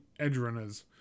Edgerunners